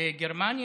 בגרמניה,